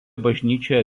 bažnyčioje